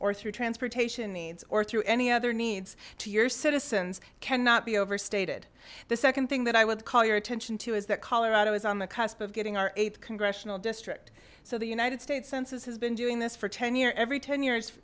or through transportation needs or through any other needs to your citizens cannot be overstated the second thing that i would call your attention to is that colorado is on the cusp of getting our eighth congressional district so the united states census has been doing this for ten year every ten years